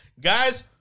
guys